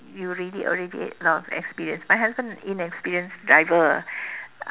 you really already a lot of experience my husband inexperienced driver